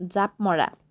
জাপ মৰা